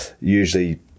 usually